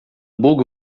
bóg